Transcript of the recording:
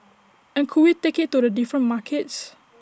and could we take IT to the different markets